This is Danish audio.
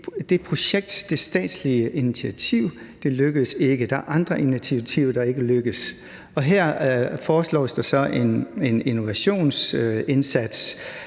Det projekt, det statslige, initiativ lykkedes ikke. Der er andre initiativer, der ikke er lykkedes. Og her foreslås der så en innovationsindsats,